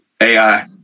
AI